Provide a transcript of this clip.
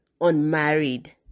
unmarried